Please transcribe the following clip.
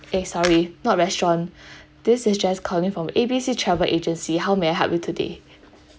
eh sorry not restaurant this is jess calling from A B C travel agency how may I help you today